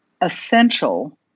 essential